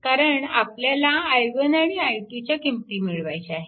कारण आपल्याला i1 आणि i2च्या किंमती मिळवायच्या आहेत